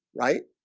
right?